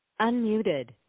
Unmuted